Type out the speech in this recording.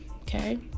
Okay